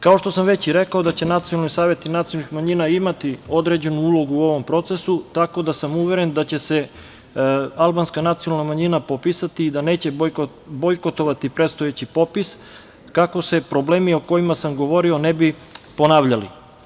Kao što sam već i rekao da će nacionalni saveti nacionalnih manjina imati određenu ulogu u ovom procesu, uveren sam da će se albanska nacionalna manjina popisati i da neće bojkotovati predstojeći popis, kako se problemi o kojima sam govorio ne bi ponavljali.